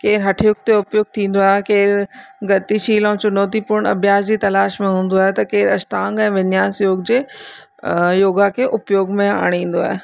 केरु हठयोग ते उपयोग थींदो आहे केरु गतिशील ऐं चुनौती पूर्ण अभ्यास जी तलाश में हूंदो आहे त केरु अष्टांग ऐं विंयास योग जे योगा खे उपयोग में आणींदो आहे